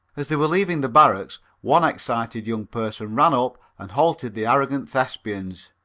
as they were leaving the barracks one excited young person ran up and halted the arrogant thespians.